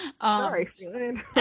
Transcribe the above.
Sorry